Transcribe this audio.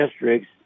districts